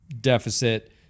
deficit